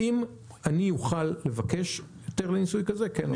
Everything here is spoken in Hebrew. האם אני אוכל לבקש היתר לניסוי כזה, או לא?